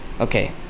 Okay